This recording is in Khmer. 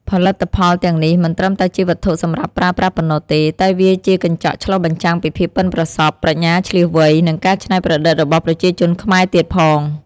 ផលិតផលទាំងនេះមិនត្រឹមតែជាវត្ថុសម្រាប់ប្រើប្រាស់ប៉ុណ្ណោះទេ តែវាជាកញ្ចក់ឆ្លុះបញ្ចាំងពីភាពប៉ិនប្រសប់ ប្រាជ្ញាឈ្លាសវៃ និងការច្នៃប្រឌិតរបស់ប្រជាជនខ្មែរទៀតផង។